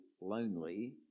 lonely